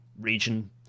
region